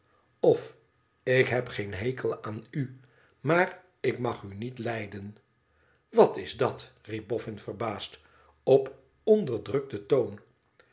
of ik heb geen hekel aan u maar ik mag u niet lijden wat s dat riep boffin verbaasd op onderdrukten toon